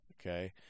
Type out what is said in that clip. Okay